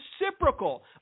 reciprocal